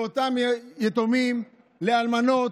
לאותם יתומים, לאלמנות,